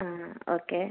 ആ ഓക്കെ